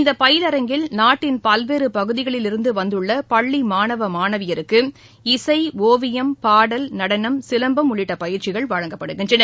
இந்த பயிலரங்கில் நாட்டின் பல்வேறு பகுதிகளிலிருந்து வந்துள்ள பள்ளி மாணவ மாணவியருக்கு இசை ஒவியம் பாடல் நடனம் சிலம்பம் உள்ளிட்ட பயிற்சிகள் வழங்கப்படுகின்றன